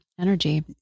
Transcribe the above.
energy